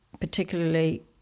particularly